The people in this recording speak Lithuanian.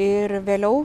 ir vėliau